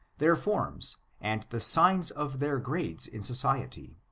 their forms and the signs of their grades in society.